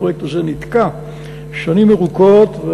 הפרויקט הזה נתקע שנים ארוכות.